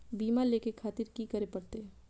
बीमा लेके खातिर की करें परतें?